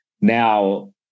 Now